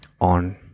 on